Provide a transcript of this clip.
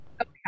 Okay